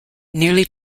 nearly